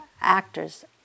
actors